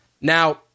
Now